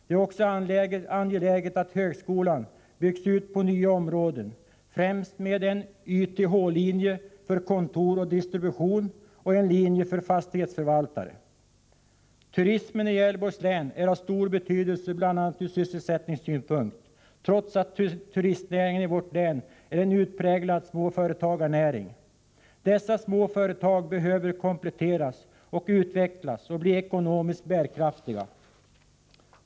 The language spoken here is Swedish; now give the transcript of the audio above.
Det är också angeläget att högskolan byggs ut på nya områden, främst med en YTH-linje för kontor och distribution och en linje för fastighetsförvaltare. Turismen i Gävleborgs län är av stor betydelse bl.a. ur sysselsättningssynpunkt, trots att turistnäringen i vårt län är en utpräglad småföretagarnäring. Dessa små företag behöver kompletteras och utvecklas och bli ekonomiskt bärkraftiga.